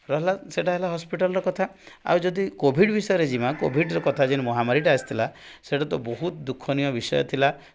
ରହିଲା ସେଇଟା ହେଲା ହସ୍ପିଟାଲ୍ର କଥା ଆଉ ଯଦି କୋଭିଡ୍ ବିଷୟରେ ଯିବା କୋଭିଡ୍ର କଥା ଯେଉଁ ମହାମାରୀଟା ଆସିଥିଲା ସେଇଟା ତ ବହୁତ ଦୁଃଖନୀୟ ବିଷୟ ଥିଲା